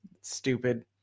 Stupid